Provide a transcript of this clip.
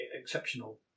exceptional